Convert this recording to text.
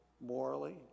morally